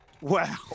Wow